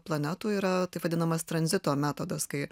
planetų yra taip vadinamas tranzito metodas kai